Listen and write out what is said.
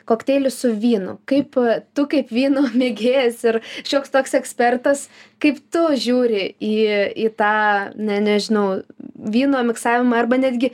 kokteilius su vynu kaip tu kaip vyno mėgėjas ir šioks toks ekspertas kaip tu žiūri į į tą na nežinau vyno miksavimą arba netgi